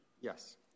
Yes